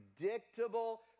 predictable